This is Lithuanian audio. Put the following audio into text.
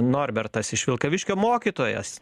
norbertas iš vilkaviškio mokytojas